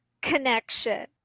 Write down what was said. connection